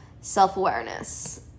Self-awareness